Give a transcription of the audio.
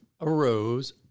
arose